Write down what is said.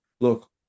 Look